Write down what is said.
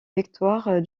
victoire